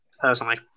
personally